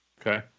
Okay